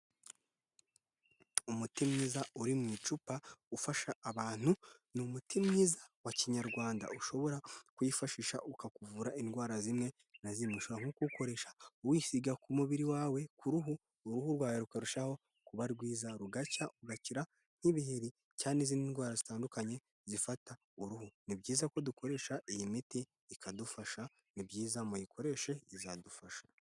Umuti mwiza uri mu icupa ufasha abantu, ni umuti mwiza wa kinyarwanda ushobora kuyifashisha ukakuvura indwara zimwe na zimwe ushoba nko kuwukoresha uwisiga ku mubiri wawe ku ruhu. uruhu rwawe rukarushaho kuba rwiza rugacya uragakira nk'ibiheri cyangwa ni zindi ndwara zitandukanye zifata uruhu. ni byiza ko dukoresha iyi miti ikadufasha, ni byiza ko dukoresha iyi miti ikadufasha, nibyiza muyikoreshe izadufasha.